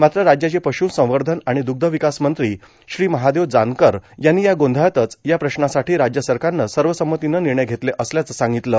मात्र राज्याचे पशुसंवर्धन आणि द्रग्धविकास मंत्री श्री महादेव जानकर यांनी या गोंधळातच या प्रश्नासाठी राज्य सरकारनं सर्वसंमतीनं निर्णय घेतले असल्याचं सांगितलं